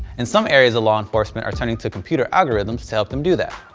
and some areas of law enforcement are turning to computer algorithms to help them do that.